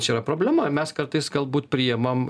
čia yra problema mes kartais galbūt priimam